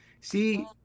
See